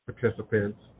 participants